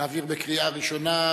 נעביר בקריאה ראשונה,